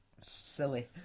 silly